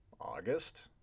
august